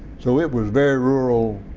so it was very rural